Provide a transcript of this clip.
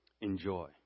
enjoy